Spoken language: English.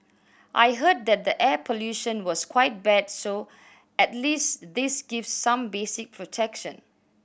I heard that the air pollution was quite bad so at least this gives some basic protection